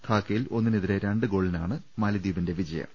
ധാക്കയിൽ ഒന്നിനെതിരെ രണ്ട് ഗോളു കൾക്കാണ് മാലിദ്വീപിന്റെ വിജയം